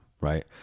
right